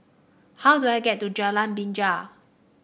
how do I get to Jalan Binja